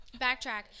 Backtrack